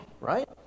Right